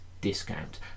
discount